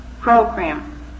program